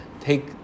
take